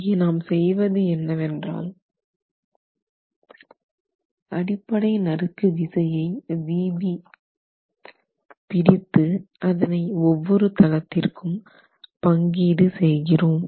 இங்கே நாம் செய்வது என்னவென்றால் அடிப்படை நறுக்கு விசையை Vb பிரித்து அதனை ஒவ்வொரு தளத்திற்கும் பங்கீடு செய்கிறோம்